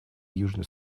южный